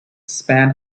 span